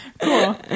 cool